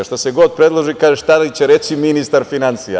Šta se god predloži, kaže, šta li će reći ministar finansija.